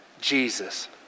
Jesus